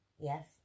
Yes